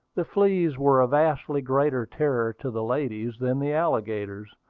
the fleas were a vastly greater terror to the ladies than the alligators,